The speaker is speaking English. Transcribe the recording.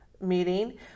meeting